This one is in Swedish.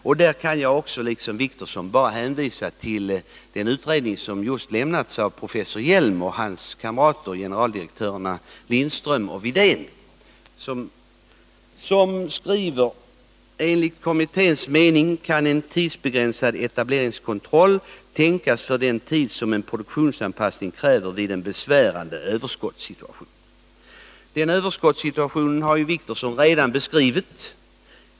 Liksom Åke Wictorsson vill jag på den punkten bara hänvisa till den utredning som just gjorts av professor Hjelm och hans medarbetare, generaldirektörerna Lindström och Widén som skriver: ”Enligt kommitténs mening kan en tidsbegränsad etableringskontroll tänkas för den tid som en produktionsanpassning kräver vid en besvärande överskottssituation.” Den överskottssituationen har Åke Wictorsson redan beskrivit.